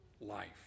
life